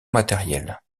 matériel